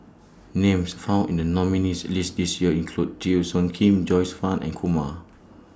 Names found in The nominees' list This Year include Teo Soon Kim Joyce fan and Kumar